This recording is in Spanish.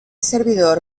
servidor